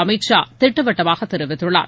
அமித் ஷா திட்டவட்டமாக தெரிவித்துள்ளார்